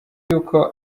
y’uko